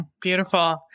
beautiful